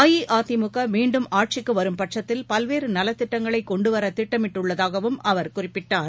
அஇஅதிமுகமீண்டும் ஆட்சிக்குவரும் பட்சத்தில் பல்வேறுநலத்திட்டங்களைகொண்டுவரதிட்டமிட்டுள்ளதாகவும் அவர் குறிப்பிட்டார்